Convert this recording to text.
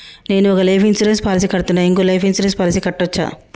నేను ఒక life insurance policy కడ్తున్నా, ఇంకో లైఫ్ ఇన్సూరెన్స్ పాలసీ కట్టొచ్చా?